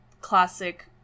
classic